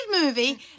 movie